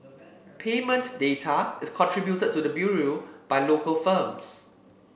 payment data is contributed to the Bureau by local firms